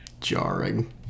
jarring